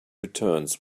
returns